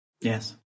Yes